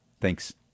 Thanks